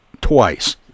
twice